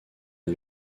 est